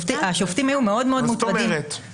השופטים יהיו מאוד מוטרדים --- מה זאת אומרת?